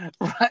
Right